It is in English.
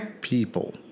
people